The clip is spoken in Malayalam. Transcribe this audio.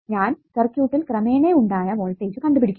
ഞാൻ സർക്യൂട്ടിൽ ക്രമേണ ഉണ്ടായ വോൾട്ടേജ്ജ് കണ്ടുപിടിക്കുന്നു